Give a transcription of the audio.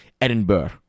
Edinburgh